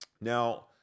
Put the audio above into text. Now